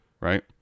right